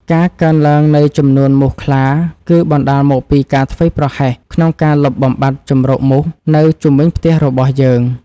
ការកើនឡើងនៃចំនួនមូសខ្លាគឺបណ្តាលមកពីការធ្វេសប្រហែសក្នុងការលុបបំបាត់ជម្រកមូសនៅជុំវិញផ្ទះរបស់យើង។